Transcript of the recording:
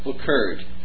occurred